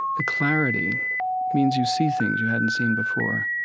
the clarity means you see things you hadn't seen before.